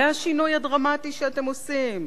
זה השינוי הדרמטי שאתם עושים?